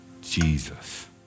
Jesus